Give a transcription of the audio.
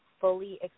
fully